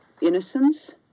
innocence